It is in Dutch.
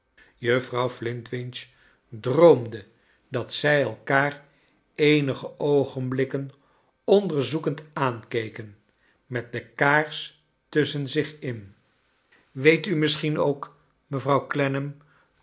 juffrouw flintwinch droomde dac zij elkaar eenige oogenblikken onderzoekend aankeken met de kaars tusschen zich in weet u misschien ook mevrouw